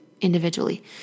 individually